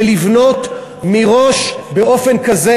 ולבנות מראש באופן כזה.